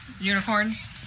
Unicorns